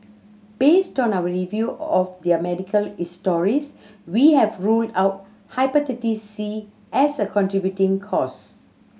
based on our review of their medical histories we have ruled out Hepatitis C as a contributing cause